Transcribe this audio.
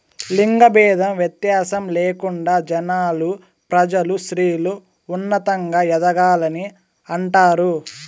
లింగ భేదం వ్యత్యాసం లేకుండా జనాలు ప్రజలు స్త్రీలు ఉన్నతంగా ఎదగాలని అంటారు